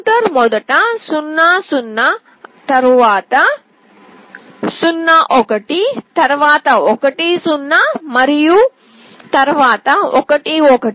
counter మొదట 00 తరువాత 01 తరువాత 10 మరియు తరువాత 11